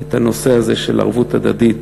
את הנושא הזה של ערבות הדדית,